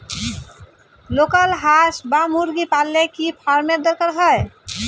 Local হাস বা মুরগি পালনে কি ফার্ম এর দরকার হয়?